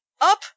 Up